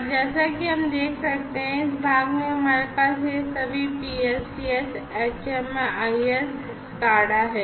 और जैसा कि हम देख सकते हैं कि इस भाग में हमारे पास ये सभी PLCS HMIS SCADA हैं